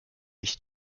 ich